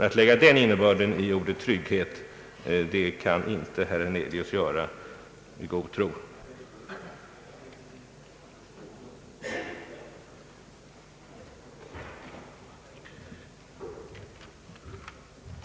Att lägga den innebörden i ordet trygghet kan herr Hernelius inte göra i god tro.